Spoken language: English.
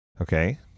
Okay